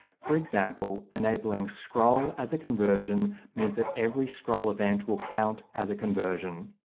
for example, enabling scroll as a conversion means that every scroll event will count as a conversion.